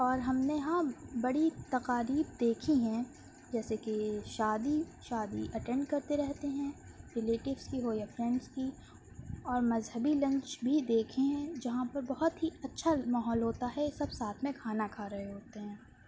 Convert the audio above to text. اور ہم نے ہاں بڑی تکالیف دیکھی ہیں جیسے کہ شادی شادی اٹینڈ کرتے رہتے ہیں رلیٹوز کی ہو یا فرینڈس کی اور مذہبی لنچ بھی دیکھے ہیں جہاں پہ بہت ہی اچھا ماحول ہوتا ہے سب ساتھ میں کھانا کھا رہے ہوتے ہیں